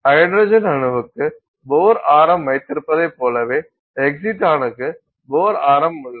hydrogen அணுவுக்கு Bohr ஆரம் வைத்திருப்பதைப் போலவே எக்ஸிடானுக்கு போர் ஆரம் உள்ளது